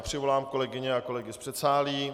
Přivolám kolegyně a kolegy z předsálí.